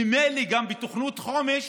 ממילא גם בתוכנית חומש